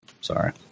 sorry